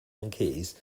yankees